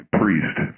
priest